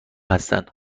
هستند